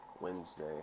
Wednesday